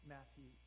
Matthew